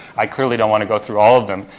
i clearly don't wanna go through all of them,